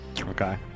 Okay